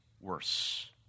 worse